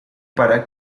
para